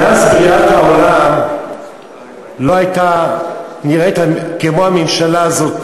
מאז בריאת העולם לא נראתה ממשלה כמו הממשלה הזאת,